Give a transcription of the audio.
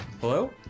Hello